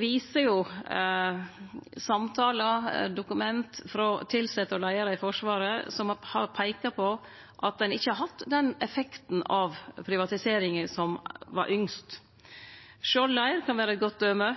viser jo samtalar og dokument frå tilsette og leiarar i Forsvaret at ein ikkje har hatt den effekten av privatiseringa som var ynskt. Skjold leir kan vere eit godt døme.